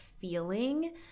feeling